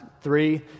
three